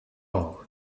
all